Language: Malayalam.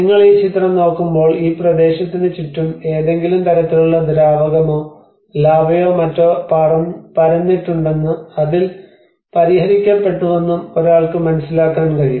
നിങ്ങൾ ഈ ചിത്രം നോക്കുമ്പോൾ ഈ പ്രദേശത്തിന് ചുറ്റും ഏതെങ്കിലും തരത്തിലുള്ള ദ്രാവകമോ ലാവയോ മറ്റോ പറന്നിട്ടുണ്ടെന്നും അത് പരിഹരിക്കപ്പെട്ടുവെന്നും ഒരാൾക്ക് മനസ്സിലാക്കാൻ കഴിയും